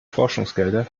forschungsgelder